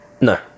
No